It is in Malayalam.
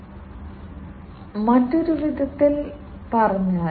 മൊത്തത്തിൽ ഈ വയർലെസ് സെൻസറും ആക്യുവേറ്റർ നെറ്റ്വർക്ക് സാങ്കേതികവിദ്യകളും കുറഞ്ഞ വിലയാണ്